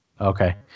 Okay